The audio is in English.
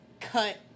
cut